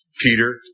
Peter